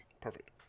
perfect